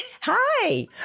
Hi